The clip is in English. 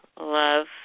love